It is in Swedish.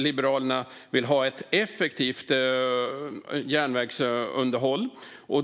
Liberalerna vill ha ett effektivt järnvägsunderhåll.